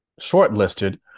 shortlisted